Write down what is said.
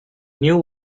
new